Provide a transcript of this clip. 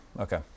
Okay